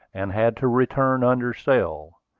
and had to return under sail.